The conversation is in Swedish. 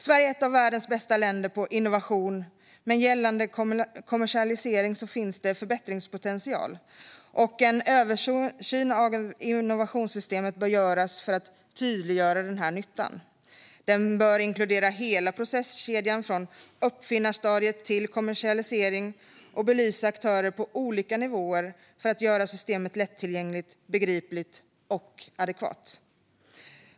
Sverige är ett av världens bästa länder när det gäller innovation, men när det gäller kommersialisering finns förbättringspotential. En översyn av innovationssystemet bör göras för att tydliggöra den nyttan. Den bör inkludera hela processkedjan, från uppfinnarstadiet till kommersialisering, och belysa aktörer på olika nivåer för att göra systemet lättillgängligt, begripligt och adekvat.